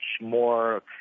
more